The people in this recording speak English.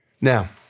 Now